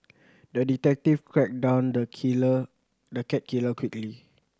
the detective tracked down the killer the cat killer quickly